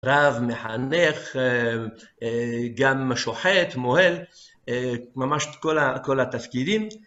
רב, מחנך, גם שוחט, מוהל, ממש כל התפקידים.